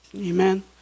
Amen